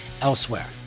elsewhere